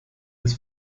des